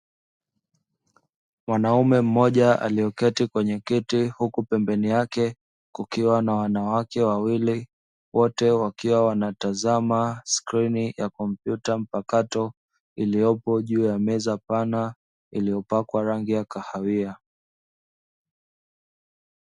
Mwanaume mmoja alioketi kwenye kiti huku pembeni yake kukiwa na wanawake wawili wote wakiwa wanatazama skrini ya kompyuta mpakato iliyopo juu ya meza pana iliyopakwa rangi ya kahawia.